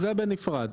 זה בנפרד.